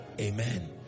Amen